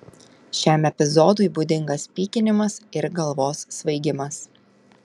šiam epizodui būdingas pykinimas ir galvos svaigimas